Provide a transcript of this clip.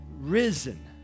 risen